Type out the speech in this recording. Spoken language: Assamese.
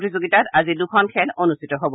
প্ৰতিযোগিতাত আজি দুখন খেল অনুষ্ঠিত হব